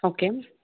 okay